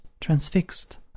transfixed